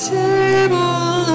table